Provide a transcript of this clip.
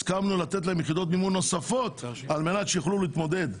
הסכמנו לתת להן יחידות מימון נוספות על מנת שיוכלו להתמודד.